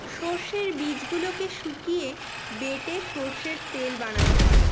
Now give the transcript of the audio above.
সর্ষের বীজগুলোকে শুকিয়ে বেটে সর্ষের তেল বানানো হয়